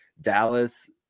Dallas